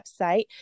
website